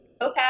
okay